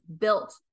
built